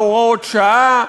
בהוראות שעה.